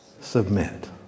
Submit